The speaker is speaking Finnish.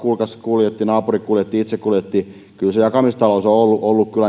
kuljetti naapuri kuljetti itse kuljetettiin kyllä se jakamistalous on ollut